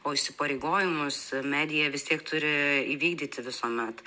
o įsipareigojimus medija vis tiek turi įvykdyti visuomet